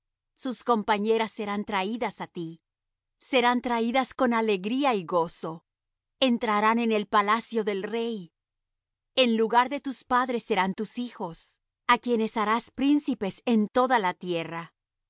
sus compañeras serán traídas á ti serán traídas con alegría y gozo entrarán en el palacio del rey en lugar de tus padres serán tus hijos a quienes harás príncipes en toda la tierra